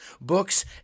books